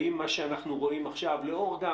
האם מה שאנחנו רואים עכשיו לאור גם